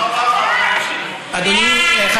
תודה רבה לך, אדוני היושב-ראש.